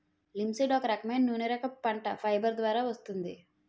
linseed ఒక రకమైన నూనెరకపు పంట, ఫైబర్ ద్వారా వస్తుంది